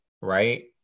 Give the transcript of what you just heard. right